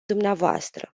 dvs